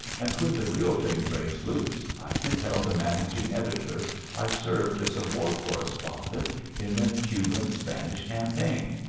and when the real thing breaks loose, i can tell the managing editor i served as a war correspondent in the cuban-spanish campaign.